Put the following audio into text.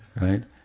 Right